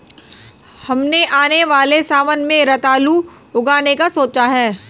हमने आने वाले सावन में रतालू उगाने का सोचा है